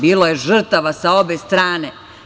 Bilo je žrtava sa obe strane.